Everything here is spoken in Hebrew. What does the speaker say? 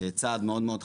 זה צעד מאוד מאוד חשוב.